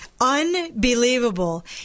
unbelievable